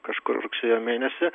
kažkur rugsėjo mėnesį